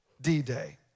D-Day